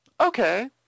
Okay